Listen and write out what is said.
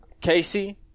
Casey